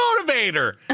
motivator